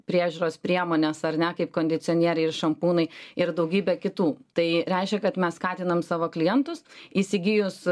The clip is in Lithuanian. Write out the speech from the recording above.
priežiūros priemones ar ne kaip kondicionieriai ir šampūnai ir daugybė kitų tai reiškia kad mes skatinam savo klientus įsigijus